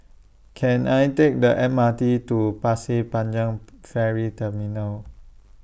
Can I Take The M R T to Pasir Panjang Ferry Terminal